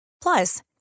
Plus